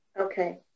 Okay